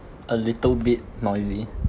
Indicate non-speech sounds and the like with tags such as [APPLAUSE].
a little bit noisy [BREATH]